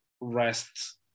rest